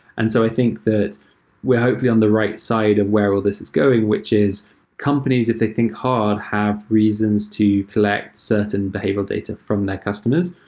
and so i think that we're hopefully on the right side of where all these is going, which is companies, if they think hard, have reasons to collect certain behavioral data from their customers,